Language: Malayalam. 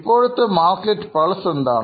ഇപ്പോഴത്തെ മാർക്കറ്റ് പൾസ് എന്താണ്